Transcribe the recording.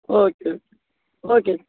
okay okay okay